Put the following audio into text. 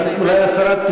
אז אולי השרה,